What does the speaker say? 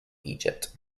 egypt